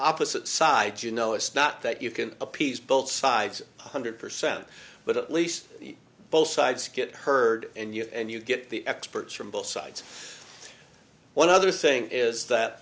opposite sides you know it's not that you can appease both sides one hundred percent but at least both sides get heard and you have and you get the experts from both sides one other thing is that